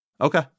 Okay